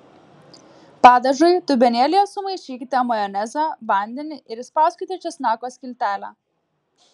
padažui dubenėlyje sumaišykite majonezą vandenį ir įspauskite česnako skiltelę